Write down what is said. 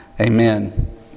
Amen